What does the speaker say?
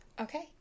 Okay